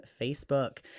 Facebook